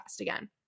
again